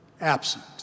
absent